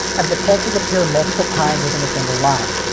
and the pulses appear multiple times within a single line.